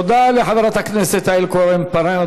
תודה לחברת הכנסת יעל כהן-פארן.